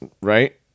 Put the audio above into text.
Right